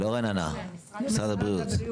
לא רננה, משרד הבריאות.